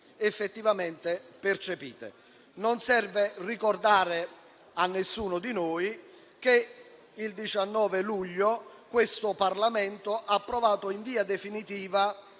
effettivamente percepite. Non serve ricordare che nemmeno due mesi fa, il 19 luglio, questo Parlamento ha approvato in via definitiva